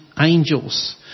angels